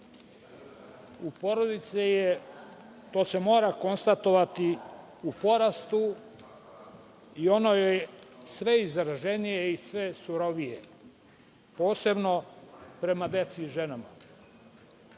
u porodici se mora konstatovati da je u porastu i ono je sve izraženije i sve surovije, posebno prema deci i ženama. Zbog